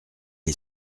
est